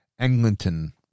Englinton